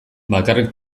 bakarrik